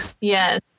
Yes